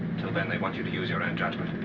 till then they want you to use your own judgment.